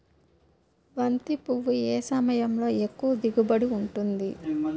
బంతి పువ్వు ఏ సమయంలో ఎక్కువ దిగుబడి ఉంటుంది?